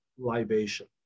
libation